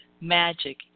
magic